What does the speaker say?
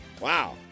Wow